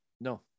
No